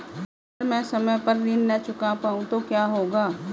अगर म ैं समय पर ऋण न चुका पाउँ तो क्या होगा?